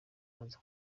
aza